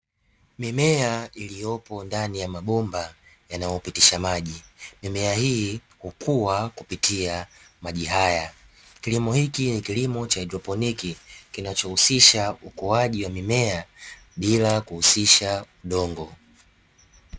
Mimea iliyopo ndani ya mabomba yanayopitisha maji. Mimea hii kukua kupitia maji haya. Kilimo hiki ni kilimo cha haidroponi, kinachohusisha ukuaji wa mimea bila kuhusisha udongo.